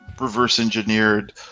reverse-engineered